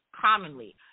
commonly